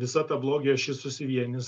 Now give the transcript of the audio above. visa ta blogio ašis susivienis